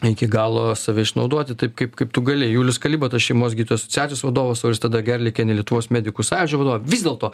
iki galo save išnaudoti taip kaip kaip tu galėjai julius kalibatas šeimos gydytojų asociacijos vadovas auristida gerliakienė lietuvos medikų sąjūdžio vadovė vis dėlto